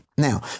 Now